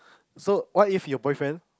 so what if your boyfriend